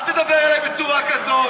אל תדבר אליי בצורה כזאת.